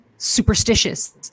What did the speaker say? superstitious